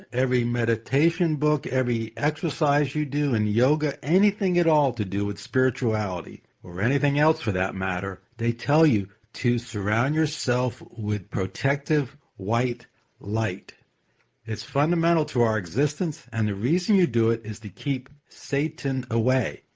every meditation book, every exercise you do in yoga anything at all to do with spirituality, or anything else for that matter. they tell you to surround yourself with protective white light it's fundamental to our existence and the reason you do it is to keep satan away.